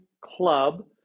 club